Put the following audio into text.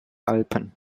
alpen